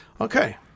okay